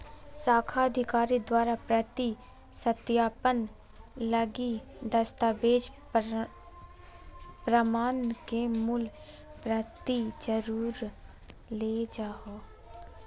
शाखा अधिकारी द्वारा प्रति सत्यापन लगी दस्तावेज़ प्रमाण के मूल प्रति जरुर ले जाहो